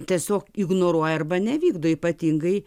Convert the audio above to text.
tiesiog ignoruoja arba nevykdo ypatingai